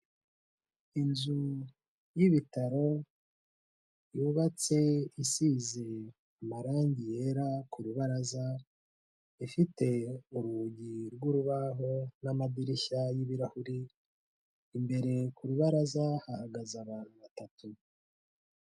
Inzu y'ibitaro, yubatse isize amarangi yera ku rubaraza, ifite urugi rw'urubaho n'amadirishya y'ibirahuri, imbere ku rubaraza hahagaze abantu batatu.